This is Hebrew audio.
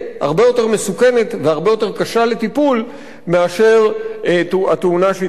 והרבה יותר קשה לטיפול מאשר התאונה שהתרחשה במפרץ מקסיקו.